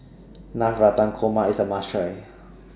Navratan Korma IS A must Try